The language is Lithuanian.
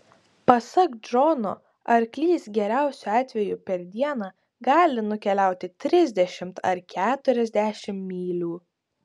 pasak džono arklys geriausiu atveju per dieną gali nukeliauti trisdešimt ar keturiasdešimt mylių